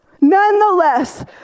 nonetheless